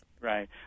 Right